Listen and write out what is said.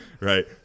right